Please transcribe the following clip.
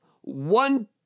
One